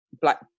black